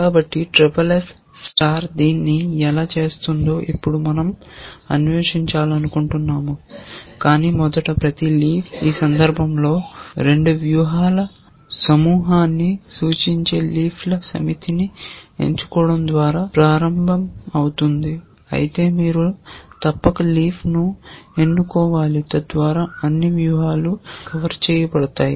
కాబట్టి SSS SSS star దీన్ని ఎలా చేస్తుందో ఇప్పుడు మనం అన్వేషించాలనుకుంటున్నాము కాని మొదట ప్రతి లీఫ్ ఈ సందర్భంలో 2 వ్యూహాల సమూహాన్ని సూచించే లీఫ్ ల సమితిని ఎంచుకోవడం ద్వారా ప్రారంభమవుతుంది అయితే మీరు తప్పక లీఫ్ ను ఎన్నుకోవాలి తద్వారా అన్ని వ్యూహాలు కవర్ చేయబడతాయి